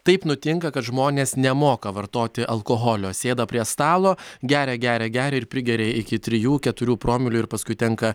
taip nutinka kad žmonės nemoka vartoti alkoholio sėdo prie stalo geria geria geria ir prigeria iki trijų keturių promilių ir paskui tenka